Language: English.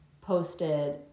posted